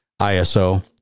ISO